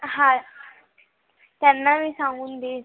हा त्यांना मी सांगून देईन